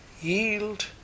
yield